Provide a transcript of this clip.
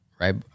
right